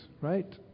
right